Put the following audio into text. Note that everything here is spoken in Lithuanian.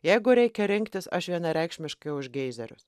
jeigu reikia rinktis aš vienareikšmiškai už geizerius